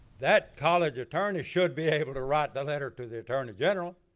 that college attorney should be able to write the letter to the attorney general.